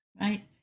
Right